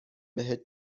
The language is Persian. بهت